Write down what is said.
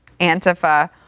Antifa